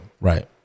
right